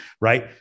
right